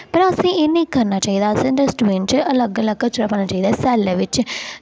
पर असें एह् नेईं करना चाहिदा असेंगी डस्टबीन च अलग अलग कचरा पाना चाहिदा सैल्ले बिच्च